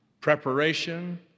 Preparation